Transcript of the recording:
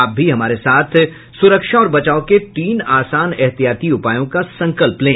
आप भी हमारे साथ सुरक्षा और बचाव के तीन आसान एहतियाती उपायों का संकल्प लें